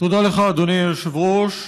תודה לך, אדוני היושב-ראש.